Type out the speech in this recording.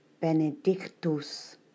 benedictus